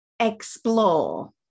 Explore